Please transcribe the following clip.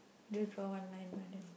you draw one line lah then